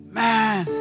man